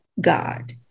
god